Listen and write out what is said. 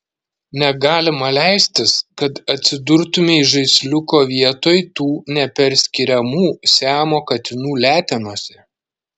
negalima leistis kad atsidurtumei žaisliuko vietoj tų neperskiriamų siamo katinų letenose